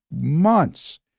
months